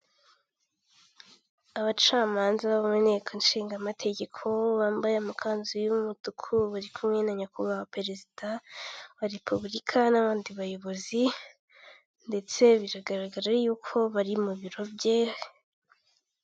Abacamanza bo mu nteko ishingamategeko bambaye amakanzu y'umutuku bari kumwe na nyakubahwa perezida wa repubulika n'abandi bayobozi ndetse biragaragara yuko bari mu biro bye.